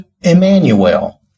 Emmanuel